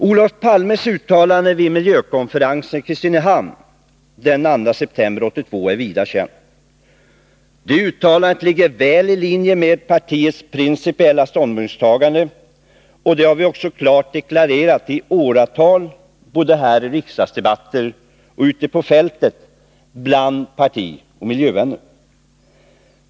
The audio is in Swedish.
Olof Palmes uttalande vid miljökonferensen i Kristinehamn den 2 september 1982 är vida känt. Det uttalandet ligger väl i linje med partiets principiella ståndpunktstagande. Vi har i åratal klart deklarerat vår linje både här i riksdagsdebatter och ute på fältet bland partioch miljövänner.